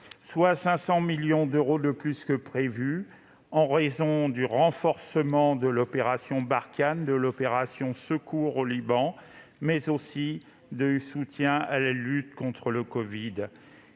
soit 500 millions d'euros de plus que prévu, en raison du renforcement de l'opération Barkhane, de l'opération de secours menée au Liban, mais également du soutien à la lutte contre le covid.